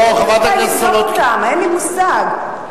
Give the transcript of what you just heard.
אין לי מושג.